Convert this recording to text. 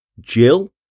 Jill